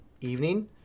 evening